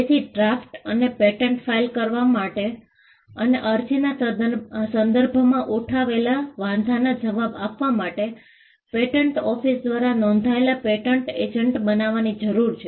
તેથી ડ્રાફ્ટ અને patent file કરવા અને અરજીના સંદર્ભમાં ઉઠાવેલા વાંધાના જવાબ આપવા માટે પેટન્ટ ઓફિસ દ્વારા નોંધાયેલ પેટન્ટ એજન્ટ બનવાની જરૂર છે